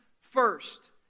first